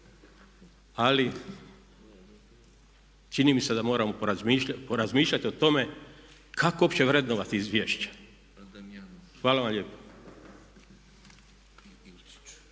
ali čini mi se da moramo porazmišljati o tome kako opće vrednovati izvješće. Hvala vam lijepa.